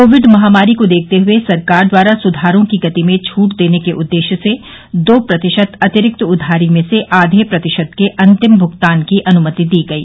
Covid महामारी को देखते हुए सरकार द्वारा सुधारों की गति में छूट देने के उद्देश्य से दो प्रतिशत अतिरिक्त उधारी में से आधे प्रतिशत के अंतिम भुगतान की अनुमति दी गई